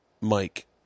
Mike